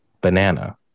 banana